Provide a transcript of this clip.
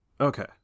Okay